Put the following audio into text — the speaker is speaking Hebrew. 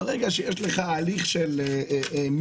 ברגע שיש לך הליך של מישהו,